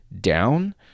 down